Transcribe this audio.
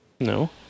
No